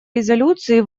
резолюции